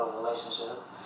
relationships